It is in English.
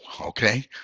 okay